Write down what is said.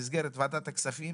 במסגרת ועדת הכספים.